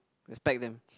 respect them